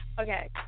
Okay